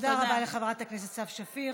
תודה רבה לחברת הכנסת סתיו שפיר.